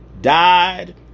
Died